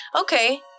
Okay